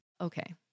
Okay